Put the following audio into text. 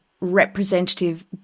representative